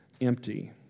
empty